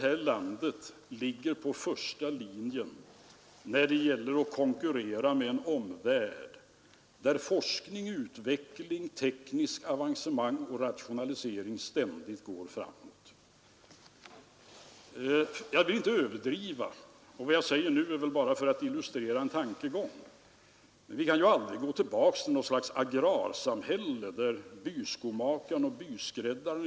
Jag hade ett intresse av att ventilera de här frågorna, och jag skall fortsätta med att något kommentera oppositionens partiledare, eftersom jag satt och gjorde en del anteckningar under deras inlägg. Vi har en lägre sysselsättning, säger herr Fälldin, än vi hade tidigare.